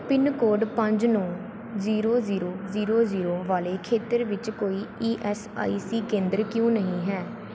pin code ਪੰਜ ਨੌਂ zero zero zero zero ਵਾਲੇ ਖੇਤਰ ਵਿੱਚ ਕੋਈ ਈ ਐੱਸ ਆਈ ਸੀ ਕੇਂਦਰ ਕਿਉਂ ਨਹੀਂ ਹੈ